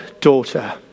daughter